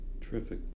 Terrific